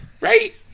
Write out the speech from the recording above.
right